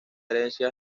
herencia